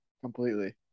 completely